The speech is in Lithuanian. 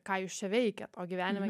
ką jūs čia veikiat o gyvenime